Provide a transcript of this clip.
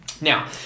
Now